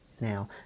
now